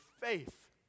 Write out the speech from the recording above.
faith